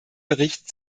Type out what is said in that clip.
bericht